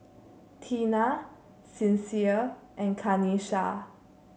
Teena Sincere and Kanisha